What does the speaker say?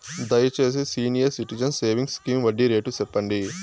దయచేసి senior citizens savings scheme వడ్డీ rate సెప్పండి